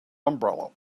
umbrella